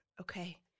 Okay